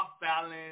balance